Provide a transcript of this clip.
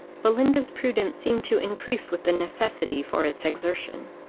belinda's prudence seemed to increase with the necessity for its exertion.